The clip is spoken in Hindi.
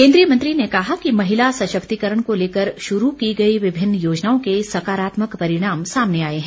केंद्रीय मंत्री ने कहा कि महिला सशक्तिकरण को लेकर शुरू की गई विभिन्न योजनाओं के सकारात्मक परिणाम सामने आए हैं